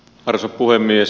arvoisa puhemies